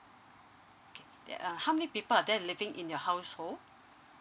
uh how many people are there living in your household